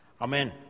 Amen